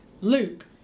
Luke